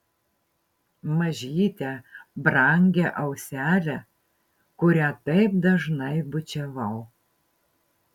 mažytę brangią auselę kurią taip dažnai bučiavau